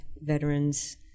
veterans